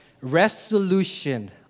Resolution